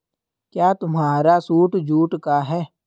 क्या तुम्हारा suit jute का है?